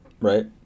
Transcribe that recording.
Right